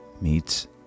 meets